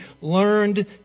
learned